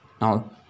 Now